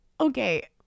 Okay